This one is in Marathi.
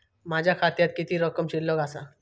माझ्या खात्यात किती रक्कम शिल्लक आसा?